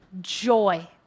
Joy